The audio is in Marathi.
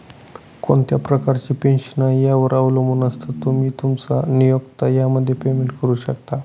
कोणत्या प्रकारची पेन्शन आहे, यावर अवलंबून असतं, तुम्ही, तुमचा नियोक्ता यामध्ये पेमेंट करू शकता